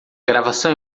gravação